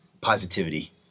positivity